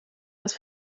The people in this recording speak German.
das